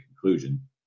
conclusion